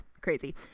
crazy